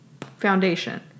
Foundation